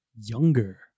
younger